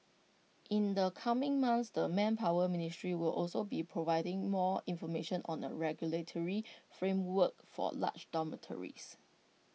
in the coming months the manpower ministry will also be providing more information on A regulatory framework for large dormitories